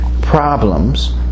problems